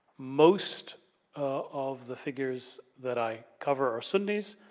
most of the figures that i cover are sunis.